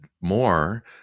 more